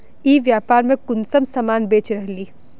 ई व्यापार में कुंसम सामान बेच रहली?